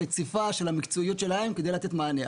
הרציפה של המקצועיות שלהם כדי לתת מענה.